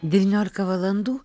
devyniolika valandų